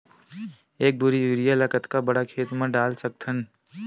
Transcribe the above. एक बोरी यूरिया ल कतका बड़ा खेत म डाल सकत हन?